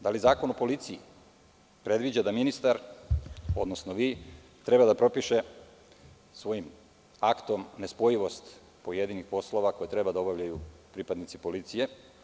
Da li Zakon o policiji predviđa da ministar, odnosno vi, treba da propiše svojim aktom nespojivost pojedinih poslova koje treba da obavljaju pripadnici policije?